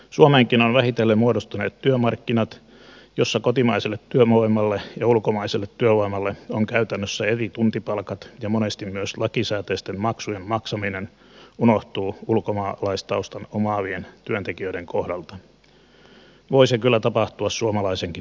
suomeenkin ovat vähitellen muodostuneet työmarkkinat joissa kotimaiselle työvoimalle ja ulkomaiselle työvoimalle on käytännössä eri tuntipalkat ja monesti myös lakisääteisten maksujen maksaminen unohtuu ulkomaalaistaustan omaavien työntekijöiden kohdalla voi se kyllä tapahtua suomalaisenkin työntekijän kohdalla